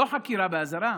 לא חקירה באזהרה.